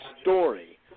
story